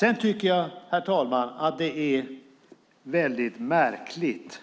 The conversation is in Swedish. Jag tycker, herr talman, att det är mycket märkligt